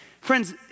Friends